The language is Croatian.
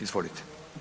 Izvolite.